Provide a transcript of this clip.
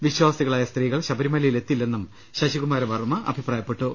വിശ്വാസികളായ സ്ത്രീകൾ ശബരിമലയിൽ എത്തി ല്ലെന്നും ശശികുമാര വർമ്മ അഭിപ്രായപ്പെട്ടു